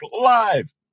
live